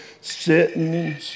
sitting